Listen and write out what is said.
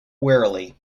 wearily